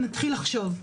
נתחיל לחשוב.